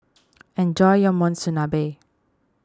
enjoy your Monsunabe